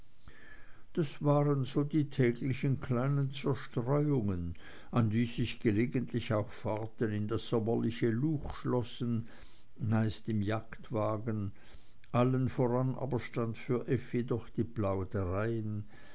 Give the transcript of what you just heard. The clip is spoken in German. das waren so die täglichen kleinen zerstreuungen an die sich gelegentlich auch fahrten in das sommerliche luch schlossen meist im jagdwagen allem voran aber standen für effi doch die plaudereien